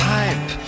pipe